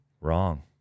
Wrong